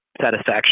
satisfaction